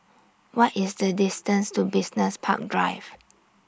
What IS The distance to Business Park Drive